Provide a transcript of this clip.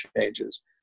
changes